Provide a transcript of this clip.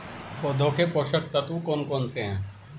पौधों के पोषक तत्व कौन कौन से हैं?